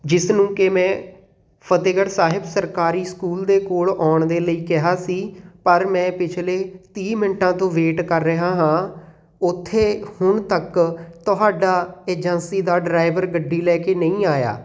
ਜਿਸ ਨੂੰ ਕਿ ਮੈਂ ਫਤਿਹਗੜ੍ਹ ਸਾਹਿਬ ਸਰਕਾਰੀ ਸਕੂਲ ਦੇ ਕੋਲ ਆਉਣ ਦੇ ਲਈ ਕਿਹਾ ਸੀ ਪਰ ਮੈਂ ਪਿਛਲੇ ਤੀਹ ਮਿੰਟਾਂ ਤੋਂ ਵੇਟ ਕਰ ਰਿਹਾ ਹਾਂ ਉੱਥੇ ਹੁਣ ਤੱਕ ਤੁਹਾਡਾ ਏਜੰਸੀ ਦਾ ਡਰਾਈਵਰ ਗੱਡੀ ਲੈ ਕੇ ਨਹੀਂ ਆਇਆ